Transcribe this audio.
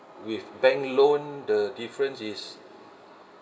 with bank loan the difference is